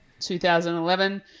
2011